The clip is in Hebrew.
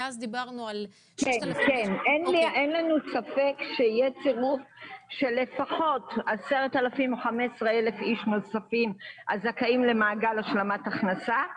אין ספק שיצטרפו קרוב ל-10,000 איש נוספים הזכאים להשלמת הכנסה,